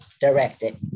directed